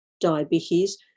diabetes